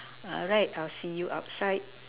alright I'll see you outside